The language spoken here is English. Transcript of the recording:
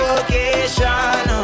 Location